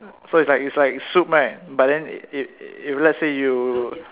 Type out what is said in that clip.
so its like its like soup right but then if if let's say you